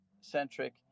centric